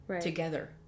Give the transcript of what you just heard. together